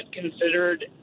considered